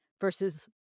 versus